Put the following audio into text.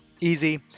Easy